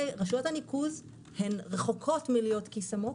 רשויות הניקוז הן רחוקות מלהיות כיס עמוק.